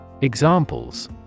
Examples